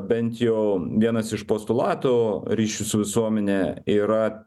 bent jau vienas iš postulatų ryšių su visuomene yra